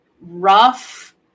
rough